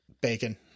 bacon